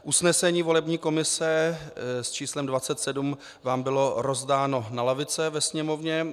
Usnesení volební komise s číslem 27 vám bylo rozdáno na lavice ve sněmovně.